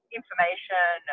information